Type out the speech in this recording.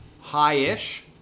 high-ish